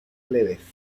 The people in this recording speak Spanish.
leves